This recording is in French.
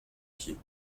pieds